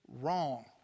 wrong